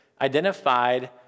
identified